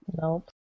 Nope